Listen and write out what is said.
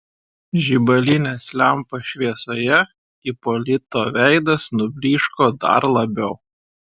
žibalinės lempos šviesoje ipolito veidas nublyško dar labiau